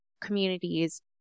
communities